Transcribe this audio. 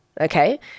Okay